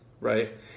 Right